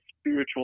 spiritual